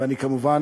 וכמובן,